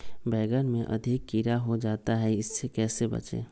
बैंगन में अधिक कीड़ा हो जाता हैं इससे कैसे बचे?